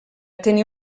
tenir